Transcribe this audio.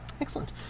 Excellent